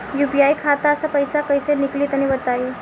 UPI खाता से पइसा कइसे निकली तनि बताई?